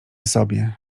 sobie